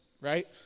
right